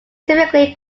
typically